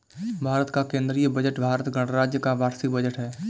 भारत का केंद्रीय बजट भारत गणराज्य का वार्षिक बजट है